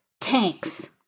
tanks